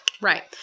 right